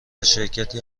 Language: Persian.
شرکتی